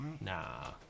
Nah